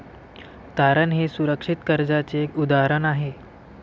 तारण हे सुरक्षित कर्जाचे उदाहरण आहे